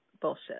bullshit